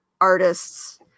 artists